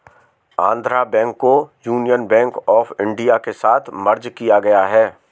Andhra bank को union bank of India के साथ मर्ज किया गया है